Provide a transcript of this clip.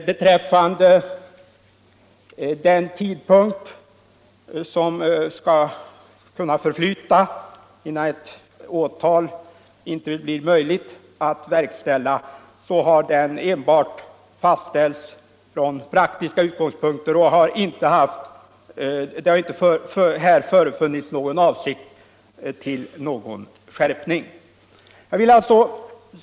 Beträffande den tid som skall förflyta innan ett åtal inte blir möjligt att verkställa, har den enbart fastställts från praktiska utgångspunkter. Det har inte här förefunnits någon avsikt att göra en skärpning. Bestämmelsen gäller icke-periodiska skrifter.